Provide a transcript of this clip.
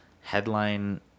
headline